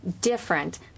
different